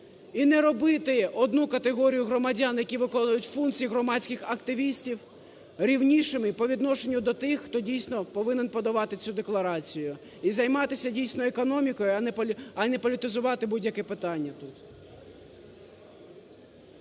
і не робити одну категорію громадян, які виконують функції громадських активістів, рівнішими по відношенню до тих, хто, дійсно, повинен подавати цю декларацію, і займатися, дійсно, економікою, а не політизувати будь-яке питання тут.